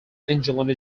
angelina